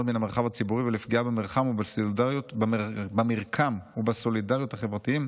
מן המרחב הציבורי ולפגיעה במרקם ובסולידריות החברתיים,